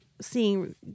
seeing